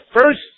first